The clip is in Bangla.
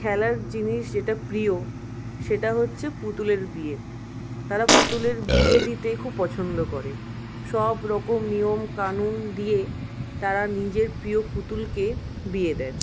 খেলার জিনিস যেটা প্রিয় সেটা হচ্ছে পুতুলের বিয়ে তারা পুতুলের বিয়ে দিতে খুব পছন্দ করে সবরকম নিয়মকানুন দিয়ে তারা নিজের প্রিয় পুতুলকে বিয়ে দেয়